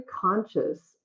conscious